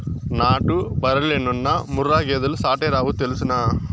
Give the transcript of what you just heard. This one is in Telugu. నాటు బర్రెలెన్నున్నా ముర్రా గేదెలు సాటేరావు తెల్సునా